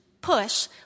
push